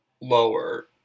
lower